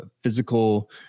physical